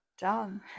done